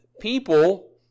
people